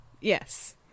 Yes